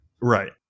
Right